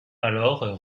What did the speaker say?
alors